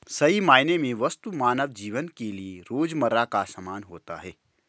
सही मायने में वस्तु मानव जीवन के लिये रोजमर्रा का सामान होता है